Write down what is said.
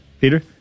Peter